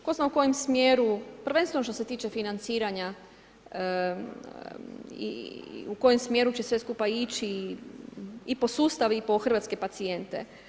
Tko zna u kojem smjeru, prvenstveno što se tiče financiranja u kojem smjeru će sve skupa ići i po sustav i po hrvatske pacijente.